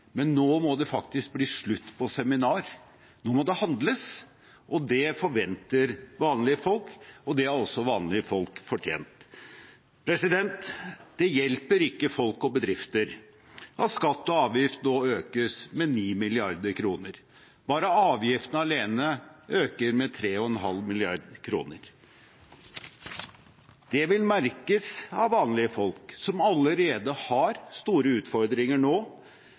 Men nå må det faktisk bli slutt på seminar, nå må det handles. Det forventer vanlige folk, og det har også vanlige folk fortjent. Det hjelper ikke folk og bedrifter at skatter og avgifter nå økes med 9 mrd. kr. Bare avgiftene alene øker med 3,5 mrd. kr. Det vil merkes av vanlige folk som allerede nå har store utfordringer